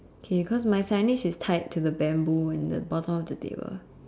K cause my signage is tied to the bamboo at the bottom of the table